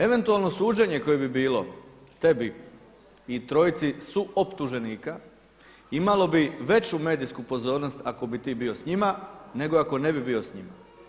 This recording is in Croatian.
Eventualno suđenje koje bi bilo tebi i trojici suoptuženika, imalo bi veću medijsku pozornost ako bi ti bio s njima nego ako ne bi bio s njima.